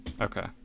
Okay